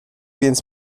więc